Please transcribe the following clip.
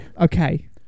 Okay